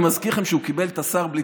אני מזכיר לכם שהוא קיבל את השר בלי